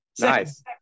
nice